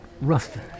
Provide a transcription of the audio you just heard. Rustin